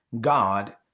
God